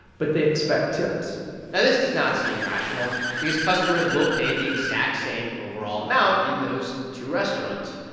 but they expect tips now, this does not seem rational because customers will pay the exact same overall amount in those two restaurants.